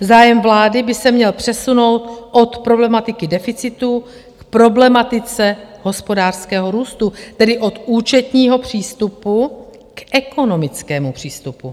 Zájem vlády by se měl přesunout od problematiky deficitu k problematice hospodářského růstu, tedy od účetního přístupu k ekonomickému přístupu.